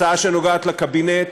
הצעה שנוגעת לקבינט,